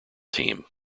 team